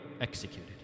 executed